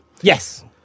yes